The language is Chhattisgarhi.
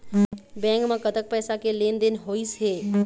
बैंक म कतक पैसा के लेन देन होइस हे?